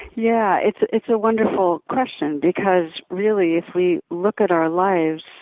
yeah, it's it's a wonderful question because, really, if we look at our lives,